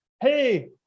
Hey